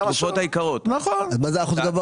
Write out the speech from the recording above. אז מהו האחוז?